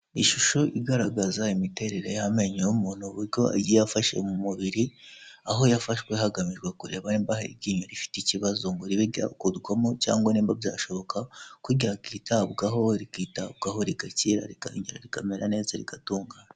Ishusho igaragaza imiterere y'amenyo y'umuntu uburyo agiye afashe mu mubiri, aho yafashwe hagamijwe kureba nimba hari iryinyo rifite ikibazo ngo ribe ryakurwamo cyangwa nimba byashoboka ko rya kitabwaho, rikitabwaho, rigakira rikongera rikamera neza, rigatungana.